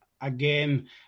again